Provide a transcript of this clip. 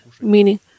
meaning